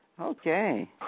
Okay